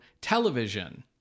television